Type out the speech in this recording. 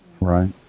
Right